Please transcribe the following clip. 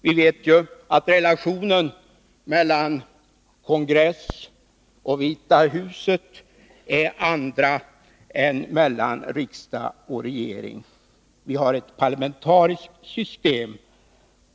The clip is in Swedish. Vi vet att relationerna mellan kongressen och Vita huset är andra än mellan riksdagen och regeringen. Vi har ett parlamentariskt system.